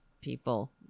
people